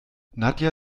nadja